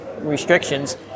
restrictions